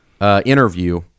interview